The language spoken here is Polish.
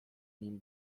nim